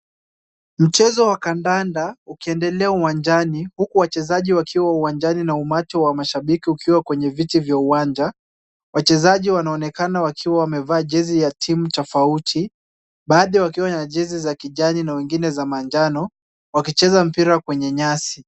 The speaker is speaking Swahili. Mchezo wa kandanda ukiendelea uwanjani huku wachezaji wakiwa uwanjani na umati wa mashabiki ukiwa kwenye viti vya uwanja. Wachezaji wanaonekana wakiwa wamevaa jezi ya timu tofauti. Baadhi wakiwa na jezi za kijani na wengine za manjano wakicheza mpira kwenye nyasi.